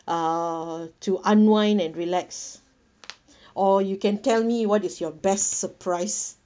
uh to unwind and relax or you can tell me what is your best surprise